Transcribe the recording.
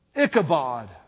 Ichabod